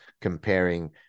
comparing